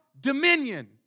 dominion